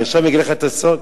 אני עכשיו אגיד לך את הסוד.